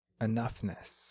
enoughness